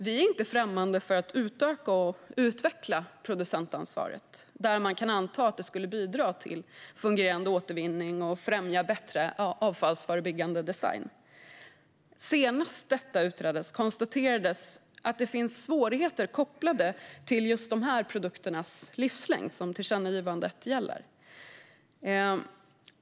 Vi är inte främmande för att utöka och utveckla producentansvaret där man kan anta att det skulle bidra till fungerande återvinning och främja bättre avfallsförebyggande design. Senast detta utreddes konstaterades att det finns svårigheter kopplade till livslängden hos de produkter som tillkännagivandet gäller.